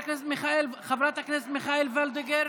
חברת הכנסת מיכל וולדיגר,